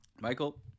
Michael